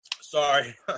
Sorry